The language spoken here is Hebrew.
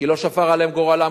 כי לא שפר עליהם גורלם,